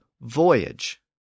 Voyage